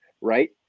right